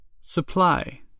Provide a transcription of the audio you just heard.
Supply